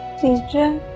teacher,